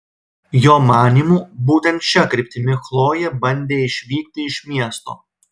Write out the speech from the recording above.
jo manymu būtent šia kryptimi chlojė bandė išvykti iš miesto